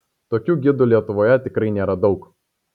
tokių gidų lietuvoje tikrai nėra daug